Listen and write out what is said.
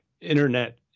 internet